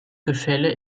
gefälle